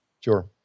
Sure